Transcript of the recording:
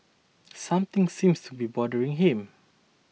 something seems to be bothering him